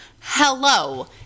Hello